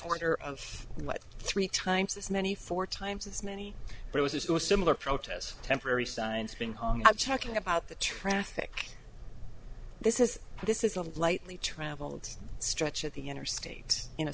quarter of what three times as many four times as many bruises or similar protests temporary signs been hung out talking about the traffic this is this is of lightly traveled stretch of the interstate in a